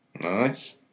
nice